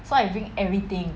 so I bring everything